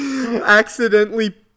accidentally